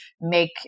make